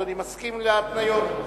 אדוני מסכים להתניות?